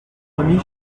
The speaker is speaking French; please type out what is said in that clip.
remis